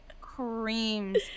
creams